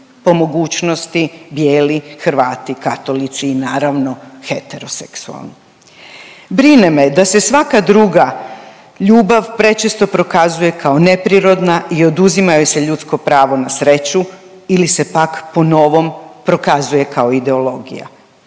po mogućnosti bijeli Hrvati katolici i naravno heteroseksulani. Brine me da se svaka druga ljubav prečesto prokazuje kao neprirodna i oduzima joj se ljudsko pravo na sreću ili se pak po novom prokazuje kao ideologija.